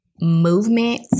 Movement